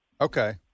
Okay